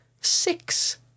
Six